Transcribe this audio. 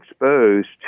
exposed